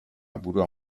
burua